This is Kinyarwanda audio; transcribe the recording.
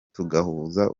tugahuza